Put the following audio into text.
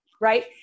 right